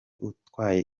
utwaye